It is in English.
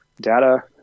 data